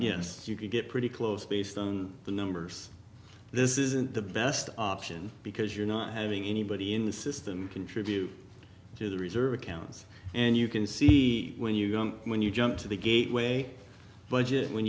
yes you could get pretty close based on the numbers this isn't the best option because you're not having anybody in the system contribute to the reserve accounts and you can see when you go when you jump to the gateway budget